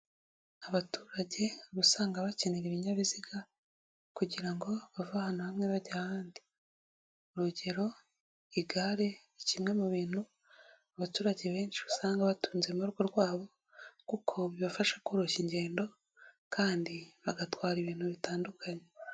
Abaturage uba usanga bakenera ibinyabiziga, kugira ngo bave ahantu hamwe bajya ahandi. urugero, igare ni kimwe mu bintu abaturage benshi usanga batunze mu urugo rwabo kuko bibafasha koroshya ingendo, kandi bagatwara ibintu bitandukanye.